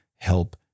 Help